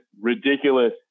ridiculous